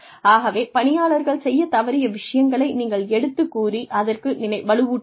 ஆகவே பணியாளர்கள் செய்ய தவறிய விஷயங்களை நீங்கள் எடுத்துக் கூறி அதற்கு வலுவூட்டலாம்